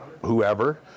whoever